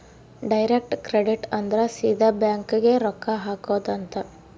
direct credit ಅಂದ್ರ ಸೀದಾ bank ಗೇ ರೊಕ್ಕ ಹಾಕೊಧ್ ಅಂತ